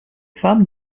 femmes